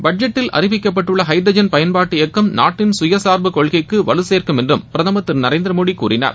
பட்ஜெட்டில் அறிவிக்கப்பட்டுள்ள ஹைட்ரஜன் பயன்பாட்டு இயக்கம் நாட்டின் சுயசார்பு கொள்கைக்கு வலுசேர்க்கும் என்றும் பிரதமர் திரு நரேந்திர மோடி கூறினார்